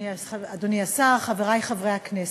אדוני השר, חברי חברי הכנסת,